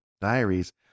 diaries